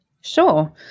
Sure